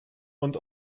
und